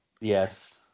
yes